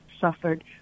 suffered